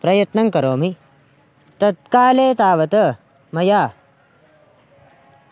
प्रयत्नङ् करोमि तत्काले तावत् मया